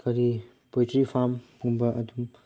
ꯀꯔꯤ ꯄꯣꯜꯇ꯭ꯔꯤ ꯐꯥꯔꯝꯒꯨꯝꯕ ꯑꯗꯨꯝ